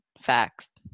facts